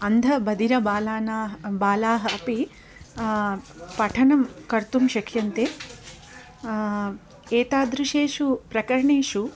अन्धबधिरबालानां बालाः अपि पठनं कर्तुं शक्यन्ते एतादृशेषु प्रकरणेषु